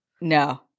No